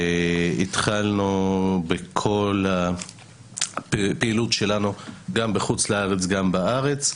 שהתחלנו בכל הפעילות שלנו גם בחוץ לארץ וגם בארץ.